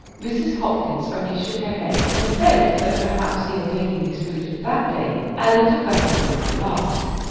mrs. hopkins only shook her head and said that perhaps he had taken his food that day a little better than on the last.